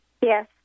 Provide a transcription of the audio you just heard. Yes